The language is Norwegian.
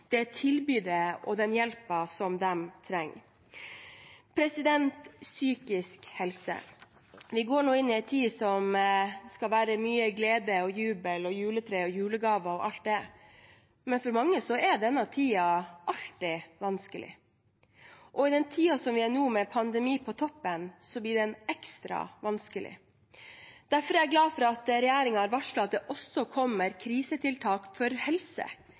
det tilbudet og den hjelpen som de trenger. Over til psykisk helse: Vi går nå inn i en tid som skal være fylt med mye glede, jubel, juletrær, julegaver og alt det der. Men for mange er denne tiden alltid vanskelig. I den tiden som vi er i nå, med pandemi på toppen, blir den ekstra vanskelig. Derfor er jeg glad for at regjeringen har varslet at det også kommer krisetiltak innenfor helse